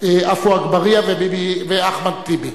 עפו אגבאריה ואחמד טיבי.